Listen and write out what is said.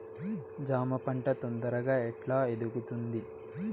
జామ పంట తొందరగా ఎట్లా ఎదుగుతుంది?